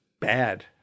bad